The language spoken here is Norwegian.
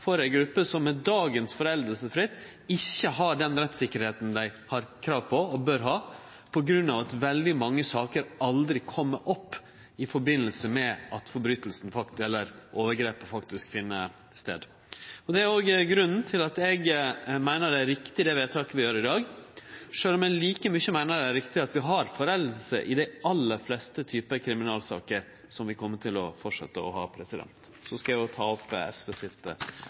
for ei gruppe som med dagens foreldingsfrist ikkje har den rettssikkerheita dei har krav på og bør ha på grunn av at veldig mange saker aldri kjem opp etter at overgrepet har funne stad. Det er grunnen til at eg meiner at det vedtaket vi gjer i dag, er riktig, sjølv om eg like mykje meiner det er riktig at vi har foreldingsfrister i dei aller fleste typar kriminalsaker, som vi framleis vil kome til å ha. Eg tar opp SV sitt